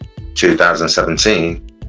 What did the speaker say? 2017